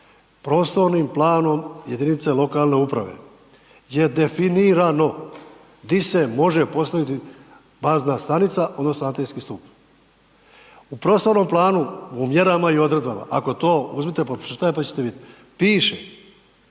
prostornim planom jedinice lokalne uprave je definirano di se može postaviti bazna stanica odnosno atenski stup. U prostornom planu, u mjerama i odredbama ako to, uzmite, pa pročitajte, pa ćete vidit, piše